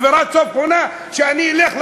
אווירת סוף-עונה, שאני אלך לבוחר: